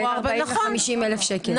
בין 40,000 ל-50,000 שקלים,